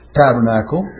tabernacle